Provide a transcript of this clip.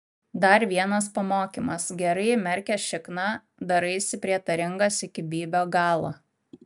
dar vienas pamokymas gerai įmerkęs šikną daraisi prietaringas iki bybio galo